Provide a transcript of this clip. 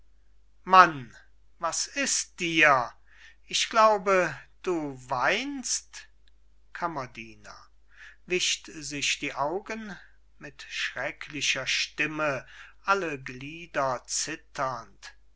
mann was ist dir ich glaube du weinst kammerdiener wischt sich die augen mit schrecklicher stimme alle glieder zitternd